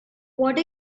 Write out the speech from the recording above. what